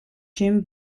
jim